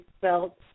felt